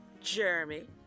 Jeremy